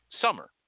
summer